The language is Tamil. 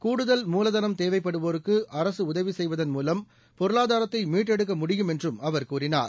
கூடுதல் மூலதனம் தேவைப்படுவோருக்குஅரசுஉதவிசெய்வதன் மூலம் பொருளாதாரத்தைமீட்டெடுக்க முடியும் என்றும் அவர் கூறினார்